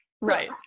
Right